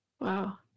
Wow